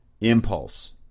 impulse